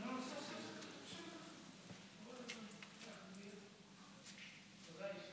ההצעה להעביר את הנושא לוועדת